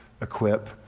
equip